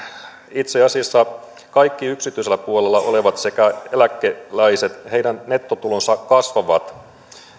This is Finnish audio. itse asiassa kaikkien yksityisellä puolella olevien sekä eläkeläisten nettotulot kasvavat